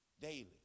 daily